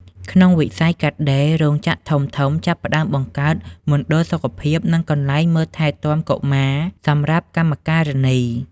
ក្នុងវិស័យ កាត់ដេរ រោងចក្រធំៗចាប់ផ្ដើមបង្កើតមណ្ឌលសុខភាព និងកន្លែងមើលថែទាំកុមារសម្រាប់កម្មការិនី។